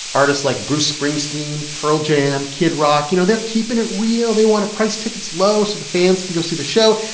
artists like bruce springsteen, pearl jam, kid rock you know, they're keeping it real. they want to price tickets low so the fans can go see the show.